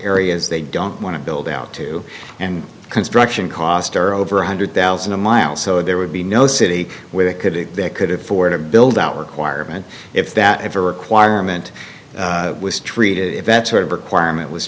areas they don't want to build out to and construction cost are over one hundred thousand a mile so there would be no city where they could if they could afford to build out requirement if that ever requirement was treated if that sort of requirement was